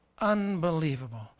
unbelievable